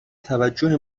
توجه